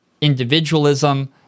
individualism